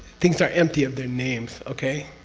things are empty of their names. okay?